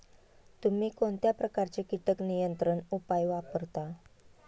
तुम्ही कोणत्या प्रकारचे कीटक नियंत्रण उपाय वापरता?